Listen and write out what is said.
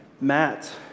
Matt